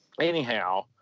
anyhow